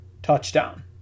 touchdown